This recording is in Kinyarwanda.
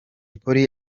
polly